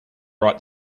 write